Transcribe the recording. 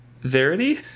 verity